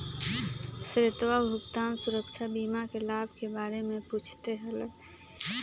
श्वेतवा भुगतान सुरक्षा बीमा के लाभ के बारे में पूछते हलय